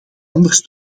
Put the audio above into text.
anders